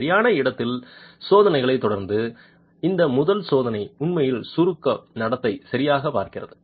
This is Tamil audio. சரியான இடத்தின் சோதனைகளைத் தொடர்ந்து இந்த முதல் சோதனை உண்மையில் சுருக்க நடத்தை சரியாகப் பார்க்கிறது